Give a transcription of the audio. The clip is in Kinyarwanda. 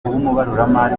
umubaruramari